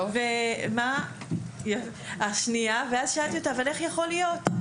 אז שאלתי אותה: אבל איך יכול להיות?